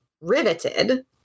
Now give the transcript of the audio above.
riveted